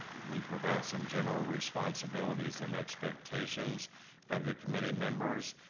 we provide some general responsibilities and expectations of the committee members,